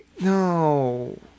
No